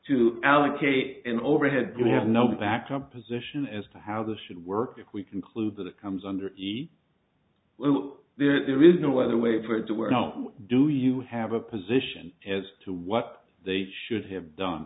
to allocate and overhead you have no backup position as to how this should work if we conclude that it comes under the well there is no other way for it to work now do you have a position as to what they should have done